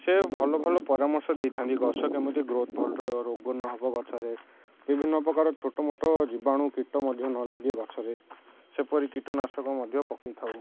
ସେ ଭଲ ଭଲ ପରାମର୍ଶ ଦେଇଥାନ୍ତି ଗଛ କେମିତି ଗ୍ରୋଥ୍ ଭଲ ରହିବ ରୋଗ ନହେବ ଗଛରେ ବିଭିନ୍ନ ପ୍ରକାର ଛୋଟମୋଟ ଜୀବାଣୁ କୀଟ ମଧ୍ୟ ନ ଲାଗେ ଗଛରେ ସେପରି କୀଟନାଶକ ମଧ୍ୟ ପକେଇଥାଉ